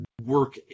work